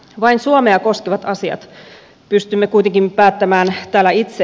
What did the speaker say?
vain suomea koskevat asiat pystymme kuitenkin päättämään täällä itse